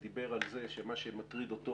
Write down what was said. והוא דיבר על זה שמה שמטריד אותו